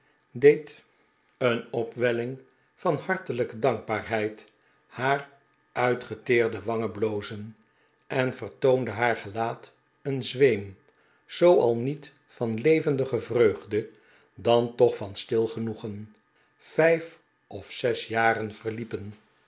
deed een opwelling van haxtelijke dankbaarheid haar uitgeteerde wangen blozen en vertoonde haar gelaat een zweem zooal niet van levendige vreugde dan toch van stil genoegen vijf of zes jaren verliepen